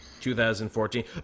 2014